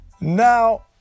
Now